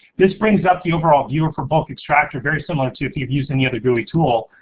this brings up the overall viewer for bulk extractor, very similar to if you've used any other gooey tool,